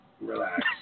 Relax